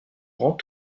grand